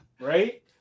right